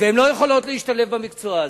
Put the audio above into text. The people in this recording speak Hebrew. והן לא יכולות להשתלב במקצוע הזה.